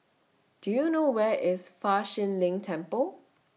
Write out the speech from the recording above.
Do YOU know Where IS Fa Shi Lin Temple